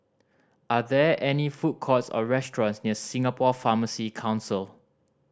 are there any food courts or restaurants near Singapore Pharmacy Council